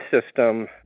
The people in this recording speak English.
system